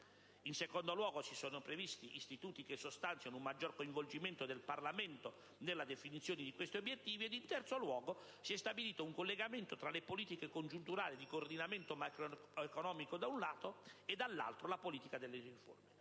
in secondo luogo, si sono previsti istituti che sostanziano un maggior coinvolgimento del Parlamento nella definizione di questi obiettivi; in terzo luogo, si è stabilito un collegamento tra le politiche congiunturali e di coordinamento macroeconomico da un lato, e la politica delle riforme